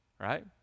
Right